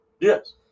Yes